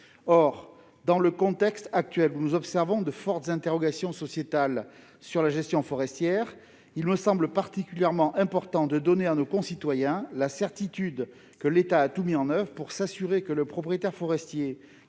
Or dans le contexte actuel, nous observons de fortes interrogations sociétales sur la gestion forestière. Il me semble particulièrement important de donner à nos concitoyens la certitude que l'État a tout mis en oeuvre pour s'assurer que le propriétaire forestier